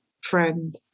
friend